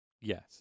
Yes